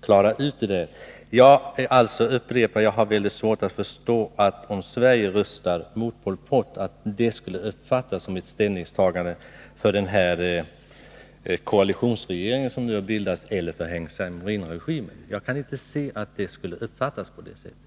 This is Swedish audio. klara ut den saken. Jag upprepar att jag har väldigt svårt att förstå, att om Sverige röstar mot Pol Pot, skulle det uppfattas som ett ställningstagande för den koalitionsregering som bildats eller för Heng Samrin-regimen. Jag kan inte se att det skulle uppfattas på det sättet.